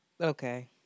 Okay